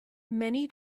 many